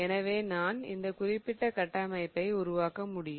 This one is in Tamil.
எனவே நான் இந்த குறிப்பிட்ட கட்டமைப்பை உருவாக்க முடியும்